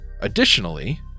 Additionally